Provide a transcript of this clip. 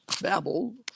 Babel